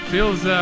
Feels